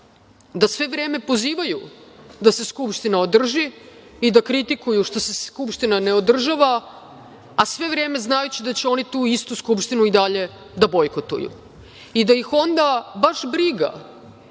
da sve vreme pozivaju da se Skupština održi i da kritikuju što se Skupština ne održava, a sve vreme znajući da će oni tu istu Skupštinu i dalje da bojkotuju i da ih onda baš briga